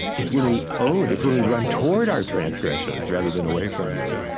it's when we own it's when we run toward our transgressions, rather than away from them,